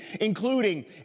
including